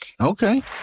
Okay